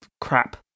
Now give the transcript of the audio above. crap